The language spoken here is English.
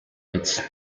its